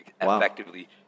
effectively